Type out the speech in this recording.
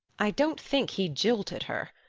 i don't think he jilted her.